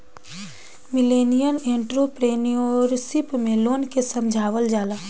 millennial entrepreneurship में लोग के समझावल जाला